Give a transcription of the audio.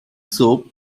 soap